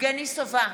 יבגני סובה,